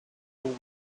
joel